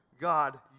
God